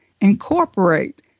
incorporate